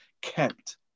kept